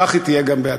כך היא תהיה גם בעתיד.